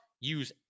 use